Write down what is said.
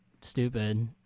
stupid